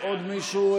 עוד מישהו?